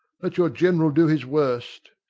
let your general do his worst.